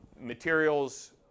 materials